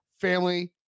family